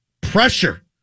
Pressure